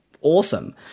awesome